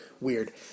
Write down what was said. weird